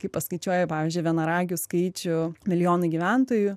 kaip paskaičiuoji pavyzdžiui vienaragių skaičių milijonui gyventojų